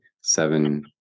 seven